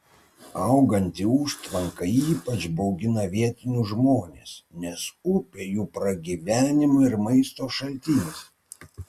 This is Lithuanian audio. auganti užtvanka ypač baugina vietinius žmones nes upė jų pragyvenimo ir maisto šaltinis